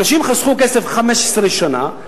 אנשים חסכו כסף 15 שנה,